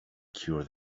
cure